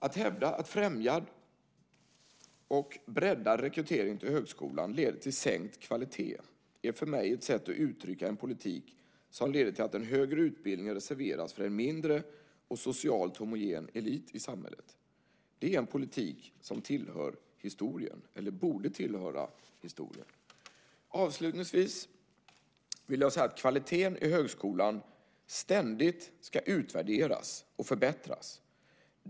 Att hävda att främjad och breddad rekrytering till högskolan leder till sänkt kvalitet är för mig ett sätt att uttrycka en politik som leder till att den högre utbildningen reserveras för en mindre och socialt homogen elit i samhället. Det är en politik som tillhör historien eller borde tillhöra historien. Avslutningsvis vill jag säga att kvaliteten i högskolan ständigt ska utvärderas och förbättras.